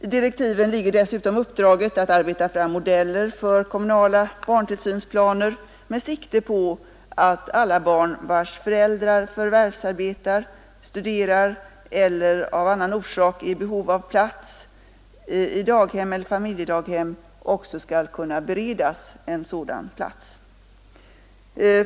I direktiven ligger dessutom uppdraget att arbeta fram modeller för kommunala barntillsynsplaner med sikte på att alla barn vilkas föräldrar förvärvsarbetar eller studerar eller som av annan orsak är i behov av plats på daghem eller familjedaghem också skall kunna beredas sådan plats.